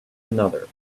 another